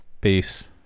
peace